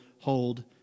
hold